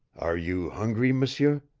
are you hungry, m'seur?